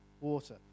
water